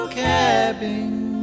cabin